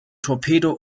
torpedo